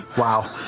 wow.